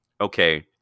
okay